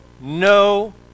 no